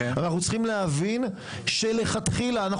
אבל אנחנו צריכים להבין שמלכתחילה אנחנו